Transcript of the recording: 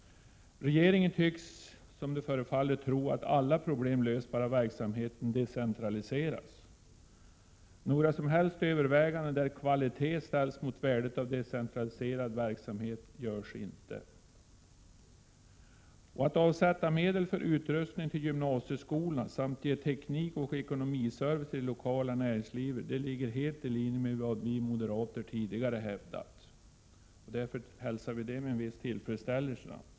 Regeringen tycks tro att alla problem löses, bara verksamheten decentraliseras. Några överväganden där kvalitet ställs mot värdet av en decentraliserad verksamhet görs inte. Att avsätta medel för utrustning till gymnasieskolor samt ge teknikoch ekonomiservice till det lokala näringslivet ligger helt i linje med vad vi moderater tidigare hävdat, och därför hälsar vi det med en viss tillfredsställelse.